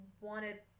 wanted